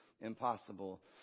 impossible